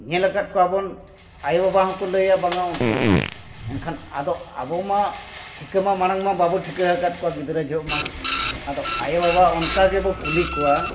ᱧᱮᱞ ᱟᱠᱟᱫ ᱠᱚᱣᱟᱵᱚᱱ ᱟᱭᱳ ᱵᱟᱵᱟ ᱦᱚᱸᱠᱚ ᱞᱟᱹᱭᱟ ᱵᱟᱝᱟ ᱩᱱᱠᱩ ᱮᱱᱠᱷᱟᱱ ᱟᱫᱚ ᱟᱵᱚ ᱢᱟ ᱴᱷᱤᱠᱟᱹᱢᱟ ᱢᱟᱲᱟᱝ ᱢᱟ ᱵᱟᱵᱚ ᱴᱷᱤᱠᱟᱹᱦᱟᱠᱟᱫ ᱠᱚᱣᱟ ᱜᱤᱫᱽᱨᱟᱹ ᱡᱚᱦᱚᱜᱢᱟ ᱟᱫᱚ ᱟᱭᱳ ᱵᱟᱵᱟ ᱚᱱᱠᱟ ᱜᱮᱵᱚ ᱠᱩᱞᱤ ᱠᱚᱣᱟ